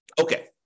Okay